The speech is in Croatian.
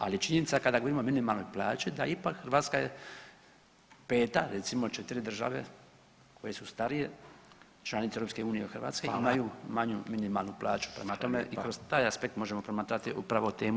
Ali je činjenica kada govorimo o minimalnoj plaći da ipak Hrvatska je 5., recimo 4 države koje su starije članice EU od Hrvatske, imaju manju [[Upadica: Hvala.]] minimalnu plaću, prema tome, i kroz taj aspekt možemo promatrati upravo temu